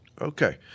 Okay